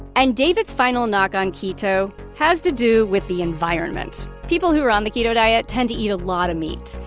and david's final knock on keto has to do with the environment. people who are on the keto diet tend to eat a lot of meat.